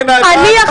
לא, אני אחליט.